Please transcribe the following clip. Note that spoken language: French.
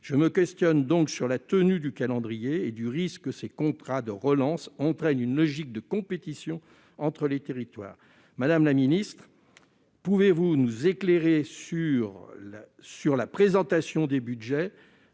Je m'interroge donc sur la tenue du calendrier et sur le risque que ces contrats de relance n'entraînent une logique de compétition entre les territoires. Madame la ministre, pouvez-vous nous éclairer sur la présentation des budgets,